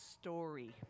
story